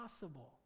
possible